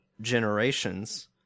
Generations